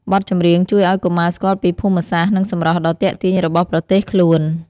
បទចម្រៀងជួយឲ្យកុមារស្គាល់ពីភូមិសាស្ត្រ និងសម្រស់ដ៏ទាក់ទាញរបស់ប្រទេសខ្លួន។